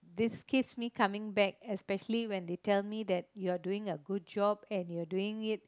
these kids meet coming back especially when they tell me you're doing a good job and you're doing it